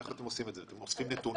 איך אתם עושים את זה, אתם אוספים נתונים?